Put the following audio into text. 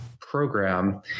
program